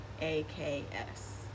A-K-S